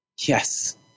Yes